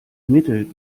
mittel